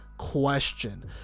question